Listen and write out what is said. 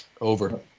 Over